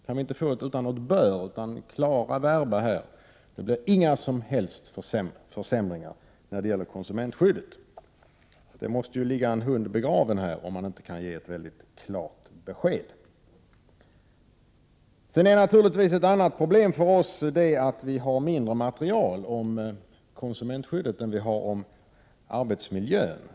Kan vi inte få clara verba att det inte skall bli några som helst försämringar? Det måste ligga en hund begraven om man inte kan ge ett väldigt klart besked. Sedan är det naturligtvis ett annat problem för oss att vi har mindre material om konsumentskyddet än vi har om arbetsmiljön.